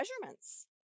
measurements